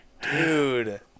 Dude